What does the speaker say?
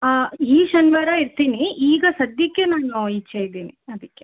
ಹಾಂ ಈ ಶನಿವಾರ ಇರ್ತೀನಿ ಈಗ ಸದ್ಯಕ್ಕೆ ನಾನು ಈಚೆ ಇದ್ದೀನಿ ಅದಕ್ಕೆ